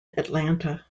atlanta